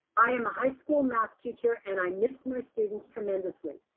i am a high school math teacher and i miss my students tremendously.